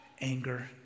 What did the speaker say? anger